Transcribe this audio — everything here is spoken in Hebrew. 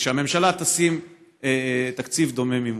ושהממשלה תשים תקציב דומה למימון.